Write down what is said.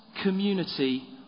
community